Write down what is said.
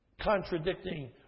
contradicting